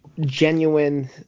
genuine